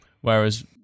whereas